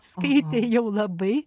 skaitė jau labai